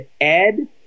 Ed